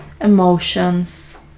emotions